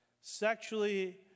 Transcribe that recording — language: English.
Sexually